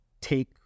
take